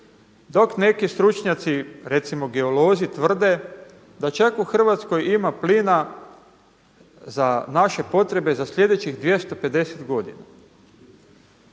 dok neki stručnjaci recimo geolozi tvrde da čak u Hrvatskoj ima plina za naše potrebe za sljedećih 250 godina.